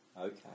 Okay